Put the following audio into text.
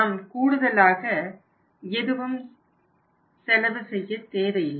நாம் கூடுதலாக எதுவும் செலவு செய்ய தேவையில்லை